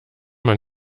man